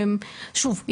שוב,